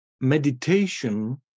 meditation